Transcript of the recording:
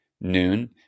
noon